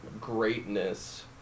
greatness